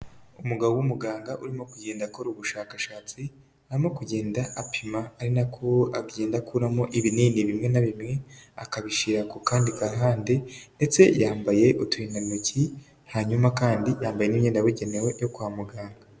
Umugabo w'umuganga urimo kugenda akora ubushakashatsi, arimo kugenda apima ari nako agenda akuramo ibinini bimwe na bimwe akabishyira ku kandi kahande, ndetse yambaye uturindantoki, hanyuma kandi yambaye imyenda yabugenewe yo kwa muganga.